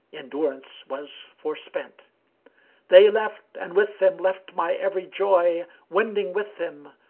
endurance was forspent they left and with them left my every joy, wending with them,